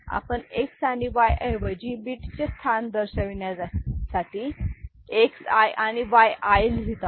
आपण X आणि Y ऐवजी बीट चे स्थान दर्शविण्यासाठी Xi आणि Yi लिहित आहोत